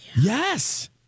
Yes